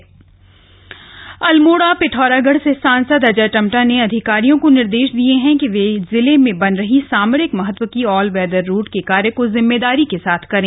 दिशा समीक्षा अल्मोड़ा पिथौरागढ़ से सांसद अजय टम्टा ने अधिकारियों को निर्देश दिये हैं कि जिले में बन रही सामरिक महत्व की ऑल वेदर रोड के कार्य को जिम्मेदारी के साथ करें